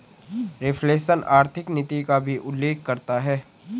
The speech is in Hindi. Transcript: रिफ्लेशन आर्थिक नीति का भी उल्लेख करता है